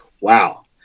Wow